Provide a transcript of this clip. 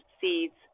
seeds